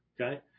okay